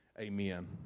Amen